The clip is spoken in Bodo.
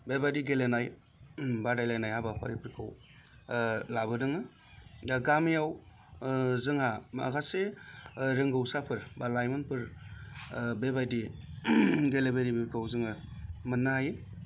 बेबादि गेलेनाय बादायलायनाय हाबाफारिफोरखौ लाबोदोङो दा गामियाव जोंहा माखासे रोंगौसाफोर बा लाइमोनफोर बेबादि गेलेगिरिफोरखौ जोङो मोननो हायो